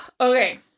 Okay